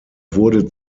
wurde